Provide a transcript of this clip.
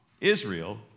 Israel